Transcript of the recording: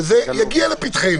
יגיע לפתחנו.